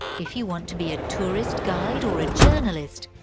if you want to be a tourist guide or a journalist,